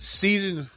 season